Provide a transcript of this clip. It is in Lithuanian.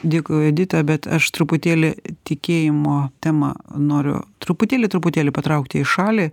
dėkoju editai bet aš truputėlį tikėjimo temą noriu truputėlį truputėlį patraukti į šalį